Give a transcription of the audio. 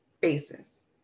basis